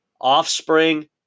offspring